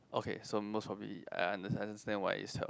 okay so most probably I I understand why is twelve